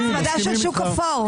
הצמדה של שוק אפור.